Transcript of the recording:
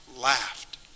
laughed